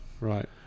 Right